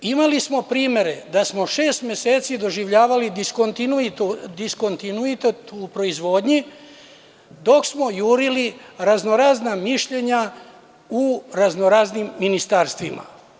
Imali smo primere da smo šest meseci doživljavali diskontinuitet u proizvodnji dok smo jurili razno razna mišljenja u razno raznim ministarstvima.